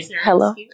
Hello